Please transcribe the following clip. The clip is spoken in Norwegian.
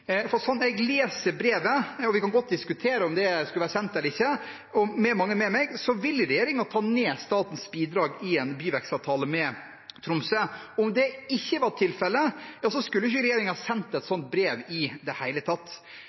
for slik jeg og mange andre leser brevet – og vi kan diskutere om det skulle vært sendt eller ikke – vil regjeringen ta ned statens bidrag i en byvekstavtale med Tromsø. Om det ikke var tilfelle, skulle ikke regjeringen ha sendt et slikt brev i det hele tatt.